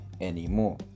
anymore